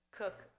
cook